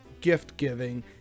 gift-giving